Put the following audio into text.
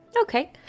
Okay